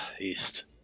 East